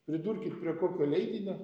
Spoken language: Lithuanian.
pridurkit prie kokio leidinio